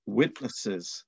witnesses